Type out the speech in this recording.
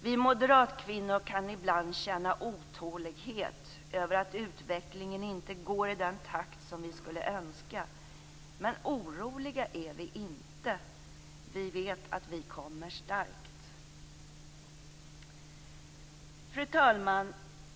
Vi moderatkvinnor kan ibland känna otålighet över att utvecklingen inte går i den takt som vi skulle önska, men oroliga är vi inte. Vi vet att vi kommer starkt. Fru talman!